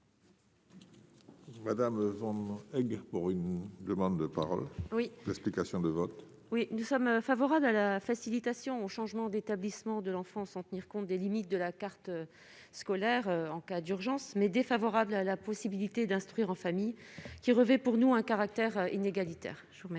Madame Aguirre, pour une demande de parole oui, explications de vote. Oui, nous sommes favorables à la facilitation au changement d'établissement de l'enfant, sans tenir compte des limites de la carte scolaire en cas d'urgence, mais défavorable à la possibilité d'instruire en famille qui revêt pour nous un caractère inégalitaire, je vous remercie.